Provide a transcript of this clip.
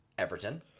Everton